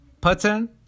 pattern